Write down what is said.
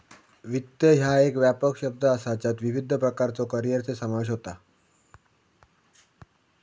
वित्त ह्या एक व्यापक शब्द असा ज्यात विविध प्रकारच्यो करिअरचो समावेश होता